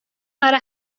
برای